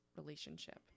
relationship